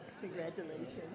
Congratulations